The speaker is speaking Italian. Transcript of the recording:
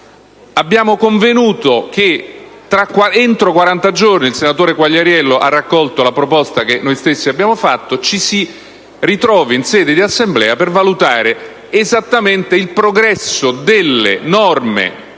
Abbiamo convenuto che entro quaranta giorni - il senatore Quagliariello ha raccolto la proposta che noi abbiamo fatto - ci si ritrovi in Assemblea a valutare esattamente il progresso delle norme